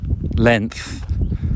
length